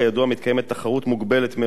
מתקיימת תחרות מוגבלת מאוד,